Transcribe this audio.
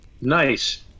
Nice